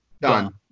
Done